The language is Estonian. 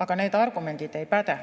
[---] need argumendid ei päde.